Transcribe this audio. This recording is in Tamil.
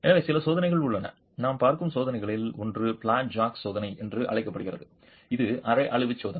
எனவே சில சோதனைகள் உள்ளன நாம் பார்க்கும் சோதனைகளில் ஒன்று பிளாட் ஜாக் சோதனை என்று அழைக்கப்படுகிறது இது அரை அழிவு சோதனை